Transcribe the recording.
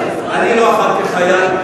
אני לא אחת כחייל,